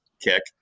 kick